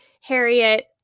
Harriet